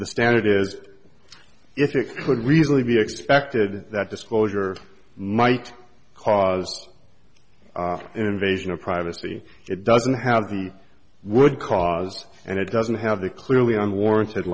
the standard is if it could reasonably be expected that disclosure might cause an invasion of privacy it doesn't have the would cause and it doesn't have the clearly unwarranted